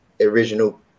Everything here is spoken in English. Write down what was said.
original